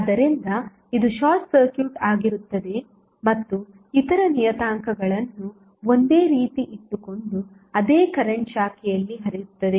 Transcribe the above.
ಆದ್ದರಿಂದ ಇದು short circuit ಆಗಿರುತ್ತದೆ ಮತ್ತು ಇತರ ನಿಯತಾಂಕಗಳನ್ನು ಒಂದೇ ರೀತಿ ಇಟ್ಟುಕೊಂಡು ಅದೇ ಕರೆಂಟ್ ಶಾಖೆಯಲ್ಲಿ ಹರಿಯುತ್ತದೆ